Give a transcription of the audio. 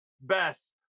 best